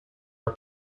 are